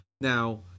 Now